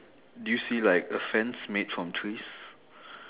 do you see like a fence made from trees